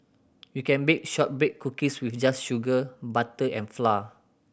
you can bake shortbread cookies just with sugar butter and flour